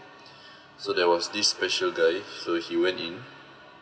so there was this special guy so he went in